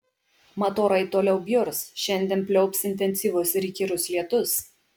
mat orai toliau bjurs šiandien pliaups intensyvus ir įkyrus lietus